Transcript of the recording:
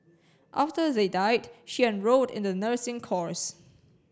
after they died she enrolled in the nursing course